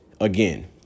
again